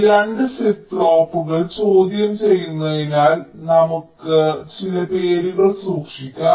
ഈ 2 ഫ്ലിപ്പ് ഫ്ലോപ്പുകൾ ചോദ്യം ചെയ്യുന്നതിനാൽ നമുക്ക് ചില പേരുകൾ സൂക്ഷിക്കാം